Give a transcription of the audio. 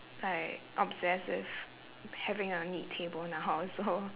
like obsessed with having a neat table now so